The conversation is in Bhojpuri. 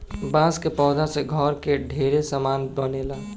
बांस के पौधा से घर के ढेरे सामान बनेला